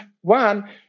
one